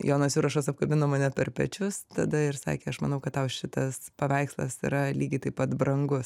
jonas jurašas apkabino mane per pečius tada ir sakė aš manau kad tau šitas paveikslas yra lygiai taip pat brangus